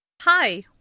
Hi